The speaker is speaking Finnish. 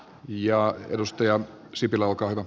mutta mitenkäs tämä sivistys